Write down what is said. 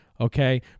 okay